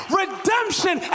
redemption